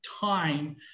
time